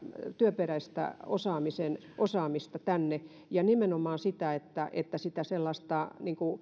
työperäistä osaamista tänne ja nimenomaan sitä sellaista